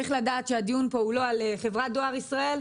צריך לדעת שהדיון פה הוא לא על חברת דואר ישראל,